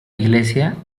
iglesia